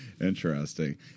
interesting